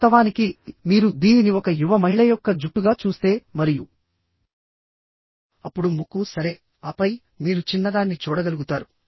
వాస్తవానికి మీరు దీనిని ఒక యువ మహిళ యొక్క జుట్టుగా చూస్తే మరియు అప్పుడు ముక్కు సరే ఆపై మీరు చిన్నదాన్ని చూడగలుగుతారు